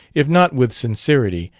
if not with sincerity,